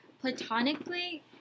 platonically